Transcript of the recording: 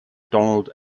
donald